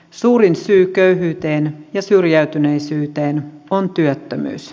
suurin syy köyhyyteen ja syrjäytyneisyyteen on työttömyys